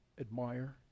admire